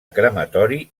crematori